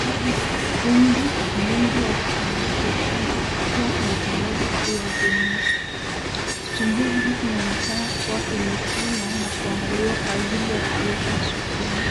Haya ni mafungu mingi ya vitunguu vyekundu vikiwa vimetandazwa juu ya gunia. Vitunguu hivi vinaonekana kuwa vimevunwa na kuwaandaliwa kwa ajili ya kuuzwa sokoni.